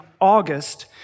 August